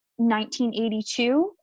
1982